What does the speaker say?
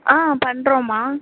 ஆ பண்ணுறோம்மா